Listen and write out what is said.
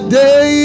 day